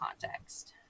context